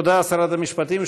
תודה, שרת המשפטים.